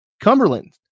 Cumberland